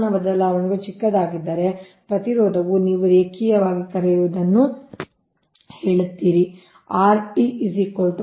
ತಾಪಮಾನ ಬದಲಾವಣೆಗಳು ಚಿಕ್ಕದಾಗಿದ್ದರೆ ಪ್ರತಿರೋಧವು ನೀವು ರೇಖೀಯವಾಗಿ ಕರೆಯುವುದನ್ನು ಹೆಚ್ಚಿಸುತ್ತದೆ